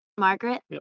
margaret